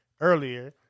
earlier